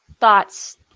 thoughts